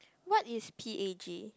what is p_a_g